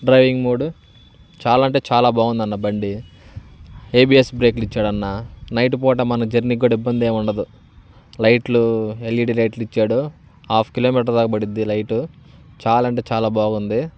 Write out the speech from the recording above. driving mode చాలా అంటే చాలా బాగుందన్నా బండి ఏ బీ ఎస్ బ్రేక్లు ఇచ్చాడన్నా నైట్ పూట మన జర్నీకి కూడా ఇబ్బంది ఏముండదు లైట్లు ఎల్ఈ ఈ డీ లైట్లు ఇచ్చాడు హాఫ్ కిలో మీటర్ దాకా పడిద్ది లైటు చాలా అంటే చాలా బాగుంది